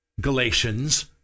Galatians